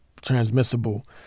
transmissible